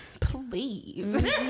please